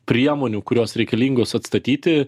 priemonių kurios reikalingos atstatyti